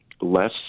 less